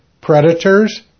predators